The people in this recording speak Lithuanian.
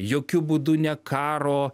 jokiu būdu ne karo